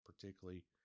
particularly